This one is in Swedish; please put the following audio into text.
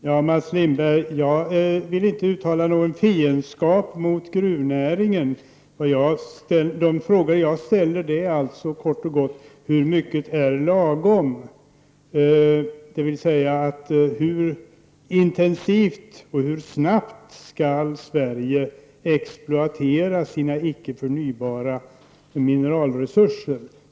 Herr talman! Jag vill inte, Mats Lindberg, uttala någon fiendskap mot gruvnäringen. De frågor jag ställer är kort och gott: Hur mycket är lagom, dvs. hur intensivt och hur snabbt skall Sverige exploatera sina icke förnybara mineralresurser?